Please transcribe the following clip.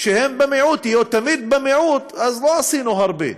שהם במיעוט יהיו תמיד במיעוט, אז לא עשינו הרבה.